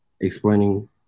explaining